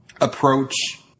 approach